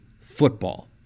football